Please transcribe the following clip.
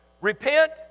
repent